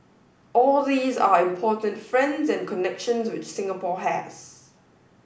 all these are important friends and connections which Singapore has